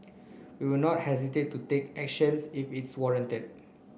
we will not hesitate to take actions if it's warranted